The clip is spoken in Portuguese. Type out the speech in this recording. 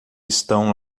estão